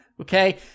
okay